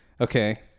Okay